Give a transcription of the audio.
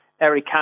Eric